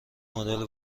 مدل